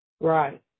Right